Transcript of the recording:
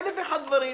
אלף ואחד דברים,